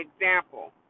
example